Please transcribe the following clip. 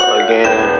again